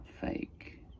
fake